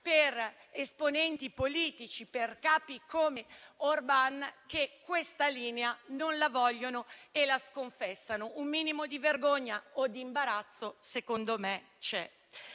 per esponenti politici, per capi, come Orban, che questa linea non la vogliono e la sconfessano. Un minimo di vergogna o di imbarazzo secondo me c'è.